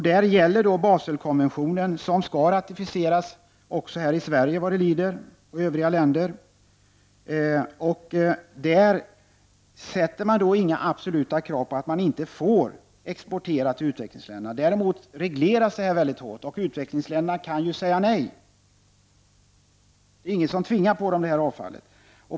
Där gäller Baselkonventionen, som skall ratificeras också här i Sverige och i övriga länder vad det lider. Där ställs inga absoluta krav på att man inte får exportera till utvecklingsländerna. Däremot regleras det mycket hårt, och utvecklingsländerna kan ju säga nej. Det är ingen som tvingar på dem avfallet.